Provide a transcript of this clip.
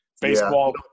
baseball